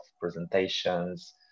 presentations